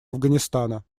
афганистана